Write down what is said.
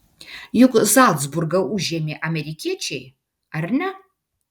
juk zalcburgą užėmė amerikiečiai ar ne